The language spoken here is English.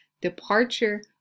departure